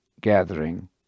gathering